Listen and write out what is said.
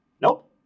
Nope